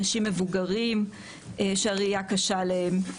אנשים מבוגרים שהראייה קשה להם.